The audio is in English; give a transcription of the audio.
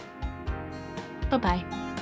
Bye-bye